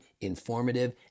informative